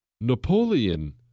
Napoleon